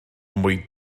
mwy